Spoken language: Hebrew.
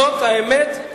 זאת האמת,